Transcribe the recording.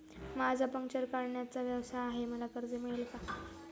माझा पंक्चर काढण्याचा व्यवसाय आहे मला कर्ज मिळेल का?